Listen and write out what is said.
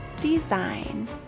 design